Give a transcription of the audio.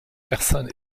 personne